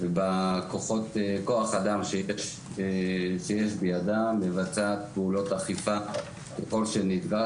ובכוח האדם שיש בידה מבצעת פעולות אכיפה ככל שנדרש